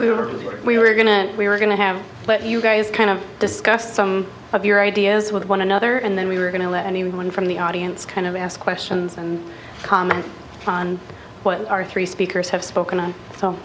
we were we were going to we were going to have let you guys kind of discuss some of your ideas with one another and then we were going to let anyone from the audience kind of ask questions and comment on what our three speakers have spoken